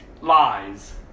lies